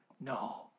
No